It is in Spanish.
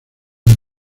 del